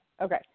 okay